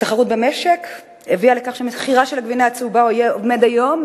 התחרות במשק הביאה לכך שמחירה של הגבינה הצהובה עומד היום,